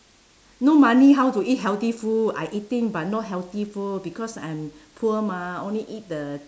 no money how to eat healthy food I eating but not healthy food because I'm poor mah only eat the